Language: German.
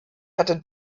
hatte